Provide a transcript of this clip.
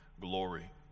glory